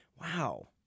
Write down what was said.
Wow